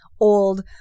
old